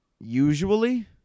Usually